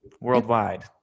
worldwide